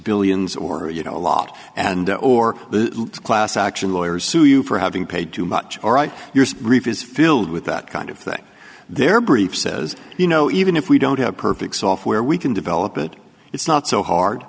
billions or you know a lot and or the class action lawyers sue you for having paid too much all right yours is filled with that kind of thing their brief says you know even if we don't have perfect software we can develop it it's not so hard